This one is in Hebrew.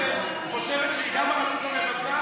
אני הייתי חייב להתייחס,